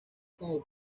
como